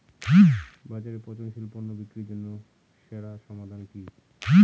বাজারে পচনশীল পণ্য বিক্রির জন্য সেরা সমাধান কি?